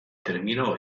terminò